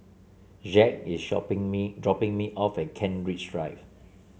Jacques is shopping me dropping me off at Kent Ridge Drive